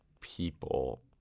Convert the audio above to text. people